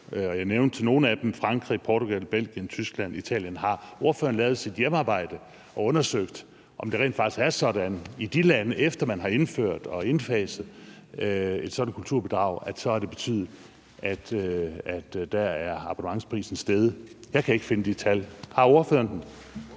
Jeg nævnte nogle af dem: Frankrig, Portugal, Belgien, Tyskland og Italien. Har ordføreren lavet sit hjemmearbejde og undersøgt, om det rent faktisk er sådan i de lande, at efter man har indført og indfaset et sådant kulturbidrag, har det betydet, at abonnementsprisen er steget? Jeg kan ikke finde de tal. Har ordføreren dem?